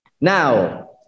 Now